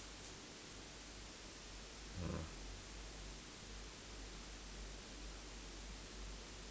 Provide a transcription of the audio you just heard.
ah